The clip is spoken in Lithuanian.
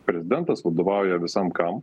prezidentas vadovauja visam kam